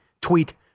Tweet